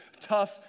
tough